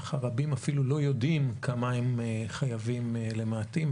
אך הרבים אפילו לא יודעים כמה הם חייבים למעטים,